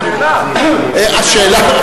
שאלה.